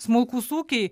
smulkūs ūkiai